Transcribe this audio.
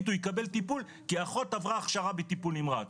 הוא יקבל טיפול כי האחות עברה הכשרה בטיפול נמרץ,